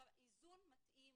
איזון מתאים